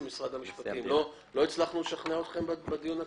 משרד המשפטים, לא הצלחנו לשכנע אתכם בדיון הקודם?